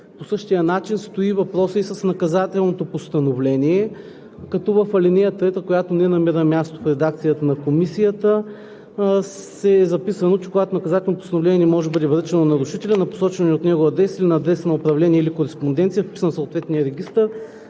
По същия начин стои въпросът и с наказателното постановление, като в ал. 3, която не намира място в редакцията на Комисията, е записано, че: „Когато наказателното постановление не може да бъде връчено на нарушителя на посочения от него адрес или на адреса на управление, или кореспонденция, вписан в съответния регистър,